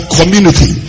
community